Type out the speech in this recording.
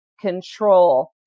control